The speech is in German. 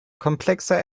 komplexer